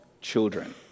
children